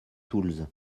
tools